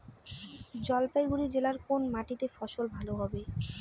জলপাইগুড়ি জেলায় কোন মাটিতে ফসল ভালো হবে?